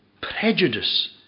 prejudice